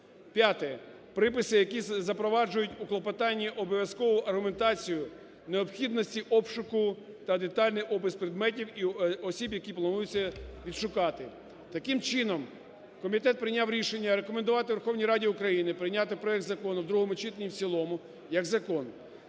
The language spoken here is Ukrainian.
П'яте. Приписи, які запроваджують у клопотанні обов'язкову аргументацію необхідності обшуку та детальний опис предметів і осіб, які планується відшукати. Таким чином, комітет прийняв рішення: рекомендувати Верховній Раді України прийняти проект закону в другому читанні і в цілому як закон.